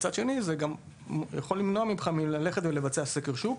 מצד שני זה יכול למנוע ממנו ללכת ולבצע סקר שוק.